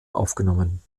aufgenommen